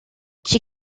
she